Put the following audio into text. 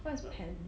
what is what pen